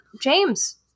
James